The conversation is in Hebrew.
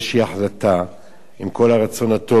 עם כל הרצון הטוב של משרד החוץ,